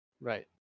Right